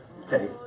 Okay